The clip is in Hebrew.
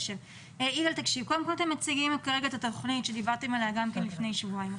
מציגים את כרגע התוכנית שדיברתם עליה גם לפני שבועיים.